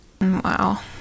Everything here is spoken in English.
wow